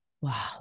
wow